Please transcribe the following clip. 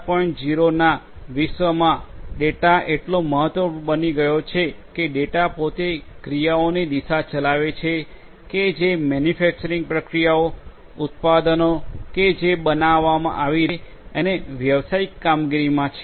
0ના વિશ્વમાં ડેટા એટલો મહત્વપૂર્ણ બની ગયો છે કે ડેટા પોતે ક્રિયાઓની દિશા ચલાવે છે કે જે મેન્યુફેક્ચરિંગ પ્રક્રિયાઓ ઉત્પાદનો કે જે બનાવવામાં આવી રહ્યા છે અને વ્યવસાયિક કામગીરીમાં છે